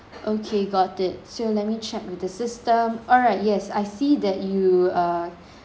okay got it so let me check with the system alright yes I see that you uh